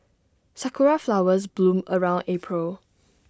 Sakura Flowers bloom around April